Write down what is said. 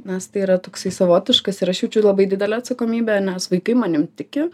nes tai yra toksai savotiškas ir aš jaučiu labai didelę atsakomybę nes vaikai manim tiki